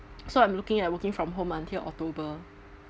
so I'm looking at working from home until october